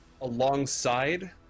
alongside